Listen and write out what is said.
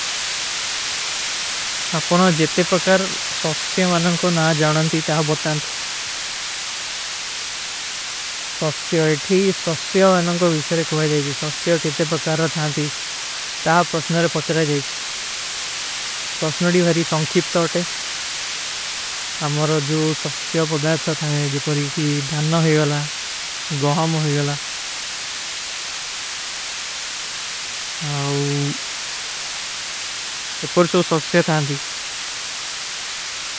ଅପନା ଜିତେ ପକାର ସୌସ୍ଯାମ ଅନଂଗ କୋ ନା ଜାନନତୀ ତଃ ବତ୍ତୈନତ ହୁଂ। ସୌସ୍ଯା ଇତୀ ସୌସ୍ଯା ଅନଂଗ କୋ ଵିଶରେ କ୍ରାଇଜା ଜାଯେଜୀ, ସୌସ୍ଯା କେଟେ ପକାର ଥାଂଠୀ, ତାଃ ପ୍ରଶନରେ ପଚ୍ରାଜାଯଚ୍ଛୀ। ପରସନଡୀ ଵହାରୀ ସଂଖୀପତାଓଟେ, ଆମର ଜୋ ସସ୍ତିଯା ପଦାଯତା ଥା ହୈ, ଜିପର ଏକୀ ଧନ୍ଯା ହୋଗାଲା, ଗହାମ ହୋଗାଲା, ଵୋ ଏପର ସୋ ସସ୍ତିଯା ଥା ହୈଂ ଦୀ।